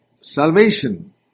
Salvation